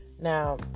now